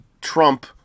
Trump